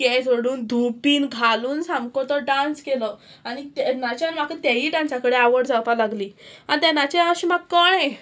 केंस सोडून धूप बीन घालून सामको तो डांस केलो आनी तेन्नाच्यान म्हाका तेय डांसा कडेन आवड जावपाक लागली आनी तेनाचे अशें म्हाका कळें